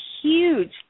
huge